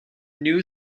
new